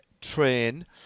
train